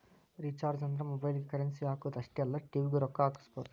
recharges ಅಂದ್ರ ಮೊಬೈಲ್ಗಿ currency ಹಾಕುದ್ ಅಷ್ಟೇ ಅಲ್ಲ ಟಿ.ವಿ ಗೂ ರೊಕ್ಕಾ ಹಾಕಸಬೋದು